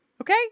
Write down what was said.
Okay